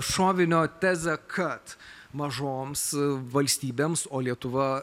šovinio tezę kad mažoms valstybėms o lietuva